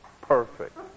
perfect